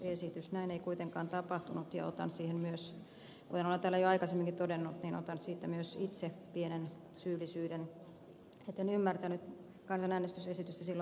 näin ei kuitenkaan tapahtunut ja tunnen siitä myös kuten olen täällä jo aikaisemminkin todennut itse pientä syyllisyyttä etten ymmärtänyt kansanäänestysesitystä silloin tehdä